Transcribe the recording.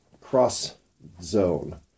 cross-zone